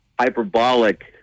hyperbolic